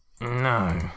no